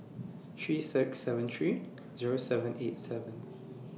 three six seven three Zero seven eight seven